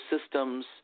systems